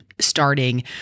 starting